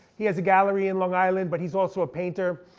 he has a gallery in long island, but he's also a painter.